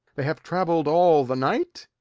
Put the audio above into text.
they have travell'd all the night?